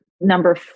number